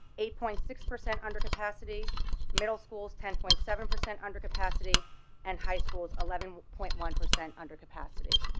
eight point six percent under capacity middle schools, ten point seven percent under capacity and high school's eleven point one percent under capacity